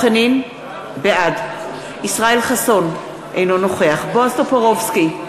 בעד ישראל חסון, אינו נוכח בועז טופורובסקי,